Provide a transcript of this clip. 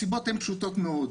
הסיבות הן פשוטות מאוד,